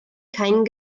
keinen